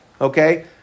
Okay